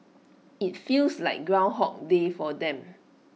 IT feels like groundhog day for them